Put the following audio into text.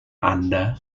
anda